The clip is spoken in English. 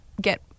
get